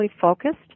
focused